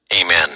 Amen